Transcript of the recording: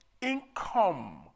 income